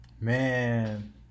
Man